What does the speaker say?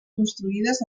construïdes